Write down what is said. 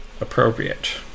appropriate